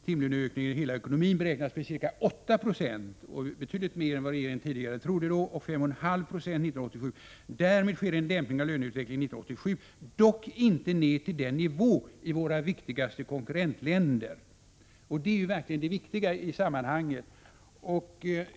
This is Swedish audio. Timlöneökningen i hela ekonomin beräknas bli ca 8 26 1986” — alltså betydligt mer än vad regeringen tidigare trodde — ”och ca 5,5 20 1987. Därmed sker en dämpning av löneutvecklingen 1987, dock inte ned till nivån i våra viktigare konkurrentländer.” Det är verkligen det viktiga i sammanhanget.